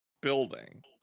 building